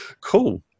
cool